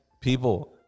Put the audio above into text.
people